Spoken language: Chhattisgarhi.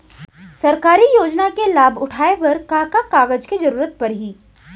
सरकारी योजना के लाभ उठाए बर का का कागज के जरूरत परही